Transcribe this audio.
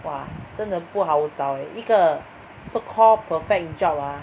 !wah! 真的不好找 eh 一个 so called perfect job ah